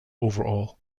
overall